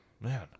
Man